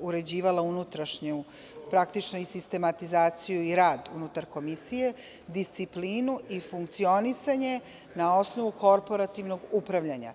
uređivala unutrašnju, praktično sistematizaciju i rad unutar komisije, disciplinu i funkcionisanje na osnovu korporativnog upravljanja.